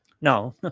No